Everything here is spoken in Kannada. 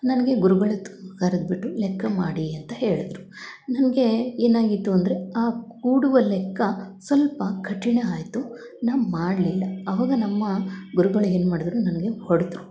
ನನಗೆ ಗುರುಗಳು ಕರ್ದು ಬಿಟ್ಟು ಲೆಕ್ಕ ಮಾಡಿ ಅಂತ ಹೇಳಿದ್ರು ನನಗೆ ಏನಾಗಿತ್ತು ಅಂದರೆ ಆ ಕೂಡುವ ಲೆಕ್ಕ ಸ್ವಲ್ಪ ಕಠಿಣ ಆಯಿತು ನಾ ಮಾಡಲಿಲ್ಲ ಆವಾಗ ನಮ್ಮ ಗುರುಗಳು ಏನು ಮಾಡಿದ್ರು ನನಗೆ ಹೊಡೆದ್ರು